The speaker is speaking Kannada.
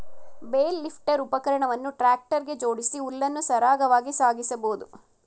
ಬೇಲ್ ಲಿಫ್ಟರ್ ಉಪಕರಣವನ್ನು ಟ್ರ್ಯಾಕ್ಟರ್ ಗೆ ಜೋಡಿಸಿ ಹುಲ್ಲನ್ನು ಸರಾಗವಾಗಿ ಸಾಗಿಸಬೋದು